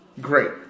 Great